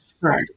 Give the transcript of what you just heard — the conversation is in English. Right